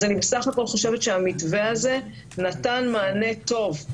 בסך הכול אני חושבת שהמתווה הזה נתן מענה טוב,